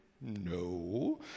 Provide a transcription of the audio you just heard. No